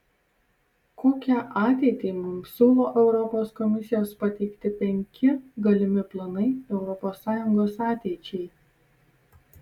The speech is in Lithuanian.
kokią ateitį mums siūlo europos komisijos pateikti penki galimi planai europos sąjungos ateičiai